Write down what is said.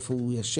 איפה הוא ישן,